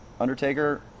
Undertaker